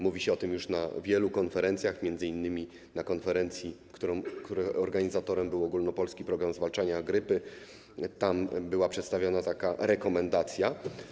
Mówi się o tym już na wielu konferencjach, m.in. mówiono o tym na konferencji, której organizatorem był Ogólnopolski Program Zwalczania Grypy, tam była przedstawiona taka rekomendacja.